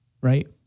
right